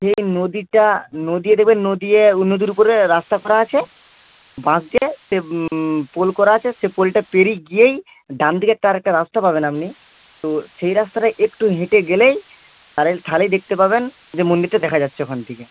সেই নদীটা নদী এ দেখবেন নদী এ নদীর উপরে রাস্তা করা আছে বাঁকছে সে পোল করা আছে সে পোলটা পেরিয়ে গিয়েই ডানদিকে একটা আর একটা রাস্তা পাবেন আপনি তো সেই রাস্তাটায় একটু হেঁটে গেলেই তারের ঢালেই দেখতে পাবেন যে মন্দিরটা দেখা যাচ্ছে ওখান থেকে